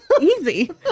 easy